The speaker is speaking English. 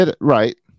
Right